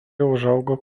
užaugo